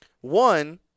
one –